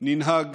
ננהג